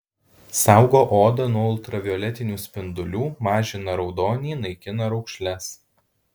saugo odą nuo ultravioletinių spindulių mažina raudonį naikina raukšles